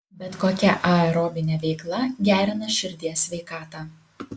bet kokia aerobinė veikla gerina širdies sveikatą